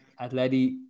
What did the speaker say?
Atleti